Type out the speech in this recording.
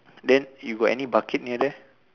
then you got any bucket near there